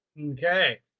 okay